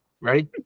ready